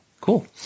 Cool